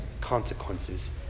consequences